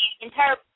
entire